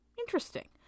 Interesting